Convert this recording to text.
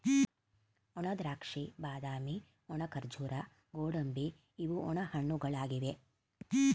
ಒಣದ್ರಾಕ್ಷಿ, ಬಾದಾಮಿ, ಒಣ ಖರ್ಜೂರ, ಗೋಡಂಬಿ ಇವು ಒಣ ಹಣ್ಣುಗಳಾಗಿವೆ